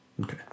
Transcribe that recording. Okay